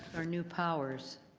our new powers.